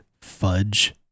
fudge